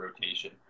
rotation